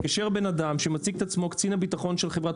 מתקשר בן אדם שמציג את עצמו כקצין הביטחון של חברת